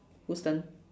whose turn